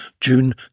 June